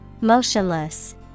Motionless